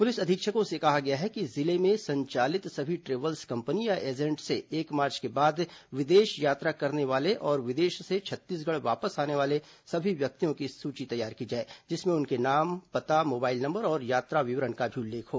police अधीक्षकों से कहा गया है कि जिलों में संचालित सभी ट्रेव्हल्स कंपनी या एजेंट से एक मार्च के बाद विदेश यात्रा करने वाले और विदेश से छत्तीसगढ़ वापस आने वाले सभी व्यक्तियों की सूची तैयार की जाए जिसमें उनके नाम पता मोबाइल नंबर और यात्रा विवरण का भी उल्लेख हो